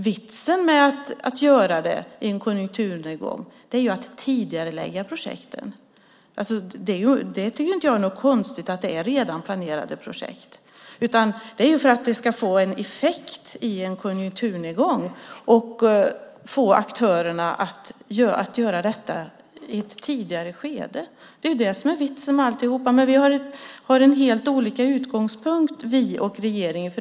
Vitsen med att göra det i en konjunkturnedgång är att tidigarelägga projekten. Jag tycker inte att det är något konstigt med att det är redan planerade projekt. Det är ju för att det ska få en effekt i en konjunkturnedgång och få aktörerna att göra detta i ett tidigare skede. Det är det som är vitsen med alltihop. Men vi har helt olika utgångspunkter, vi och regeringen.